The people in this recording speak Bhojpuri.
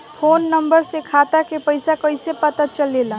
फोन नंबर से खाता के पइसा कईसे पता चलेला?